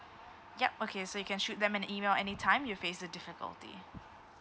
yup okay so you can shoot them an email anytime you face the difficulty